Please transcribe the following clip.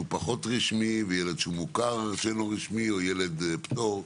פחות רשמי וילד שהוא מוכר שאינו רשמי או ילד פטור.